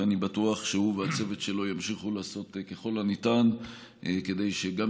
ואני בטוח שהוא והצוות שלו ימשיכו לעשות ככל הניתן כדי שגם